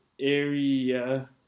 area